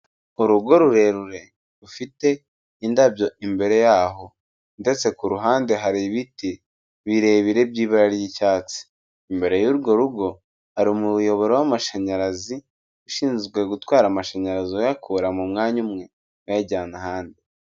Urugo rurerure rufite indabyo imbere yaho ndetse ku ruhande hari ibiti birebire by'ibara ry'icyatsi, imbere y'urwo rugo hari umuyoboro w'amashanyarazi, ushinzwe gutwara amashanyarazi uyakura mu mwanya umwe ayajyana ahandi.